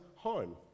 home